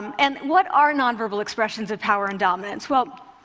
and what are nonverbal expressions of power and dominance? well,